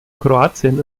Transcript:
kroatien